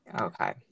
Okay